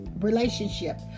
Relationship